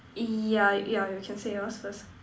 yeah yeah you can say yours first